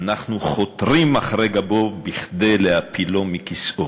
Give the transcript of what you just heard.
אנחנו חותרים מאחורי גבו כדי להפילו מכיסאו.